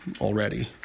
already